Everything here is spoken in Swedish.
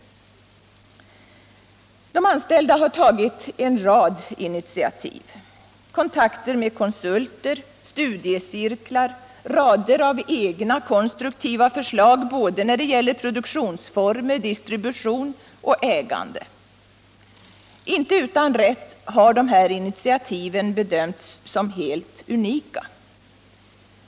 De anställda har tagit en rad initiativ — man har tagit kontakt med konsulter, ordnat studiecirklar, lagt fram en mängd egna konstruktiva förslag när det gäller produktionsformer, distribution och ägande. Inte utan rätt har dessa initiativ bedömts som helt unika.